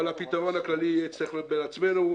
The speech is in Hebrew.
אבל הפתרון הכללי צריך להיות בעצמנו,